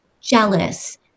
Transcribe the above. jealous